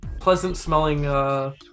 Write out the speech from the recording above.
pleasant-smelling